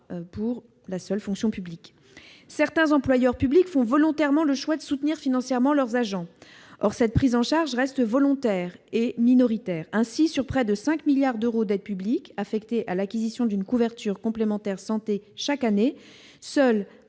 pas dans la fonction publique. Si certains employeurs publics font volontairement le choix de soutenir financièrement leurs agents, cette prise en charge reste volontaire et minoritaire. Ainsi, sur près de 5 milliards d'euros d'aide publique affectés à l'acquisition d'une couverture complémentaire santé, chaque année, seulement